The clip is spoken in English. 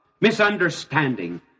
misunderstanding